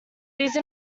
these